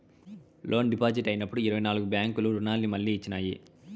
loan default అయినప్పుడు ఇరవై నాల్గు బ్యాంకులు రుణాన్ని మళ్లీ ఇచ్చినాయి